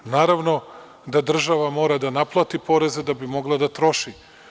Naravno da država mora da naplati poreze da bi mogla da troši.